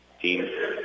Team